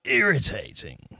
irritating